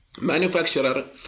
manufacturer